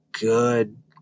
good